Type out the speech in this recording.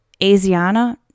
Asiana